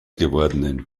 gewordenen